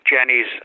Jenny's